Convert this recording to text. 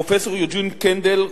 פרופסור יוג'ין קנדל,